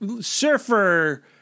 Surfer